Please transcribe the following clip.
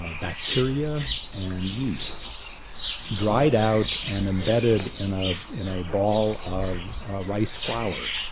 ah bacteria and yeasts dried out and embedded in ah in a ball of rice flour.